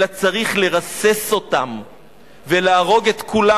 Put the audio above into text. אלא צריך לרסס אותם ולהרוג את כולם.